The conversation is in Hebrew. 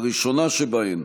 הראשונה שבהן: